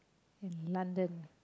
in London